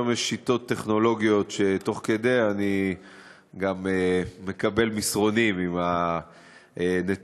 היום יש שיטות טכנולוגיות שתוך כדי אני גם מקבל מסרונים עם הנתונים.